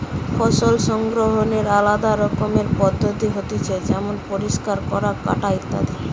ফসল সংগ্রহনের আলদা রকমের পদ্ধতি হতিছে যেমন পরিষ্কার করা, কাটা ইত্যাদি